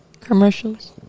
commercials